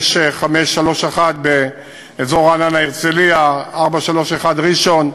531 באזור רעננה-הרצליה, 431, ראשון,